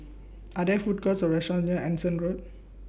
Are There Food Courts Or restaurants near Anson Road